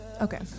okay